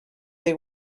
they